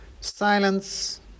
Silence